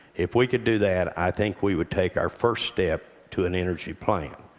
if we could do that, i think we would take our first step to an energy plan.